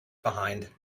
behind